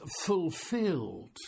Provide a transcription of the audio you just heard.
fulfilled